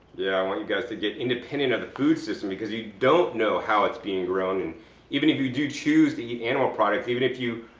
yeah, i want you guys to get independent of the food system because you don't know how it's being grown, and even if you do choose to eat animal products, even if you,